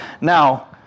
Now